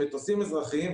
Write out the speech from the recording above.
של מטוסים אזרחיים,